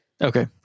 Okay